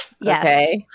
Yes